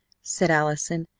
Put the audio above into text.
said allison.